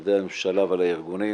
למשרדי הממשלה ולארגונים